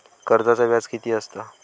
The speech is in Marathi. कर्जाचा व्याज कीती असता?